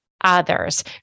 others